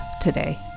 today